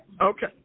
Okay